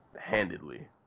handedly